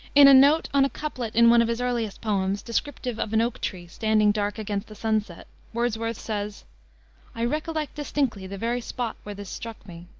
in a note on a couplet in one of his earliest poems, descriptive of an oak tree standing dark against the sunset, wordsworth says i recollect distinctly the very spot where this struck me.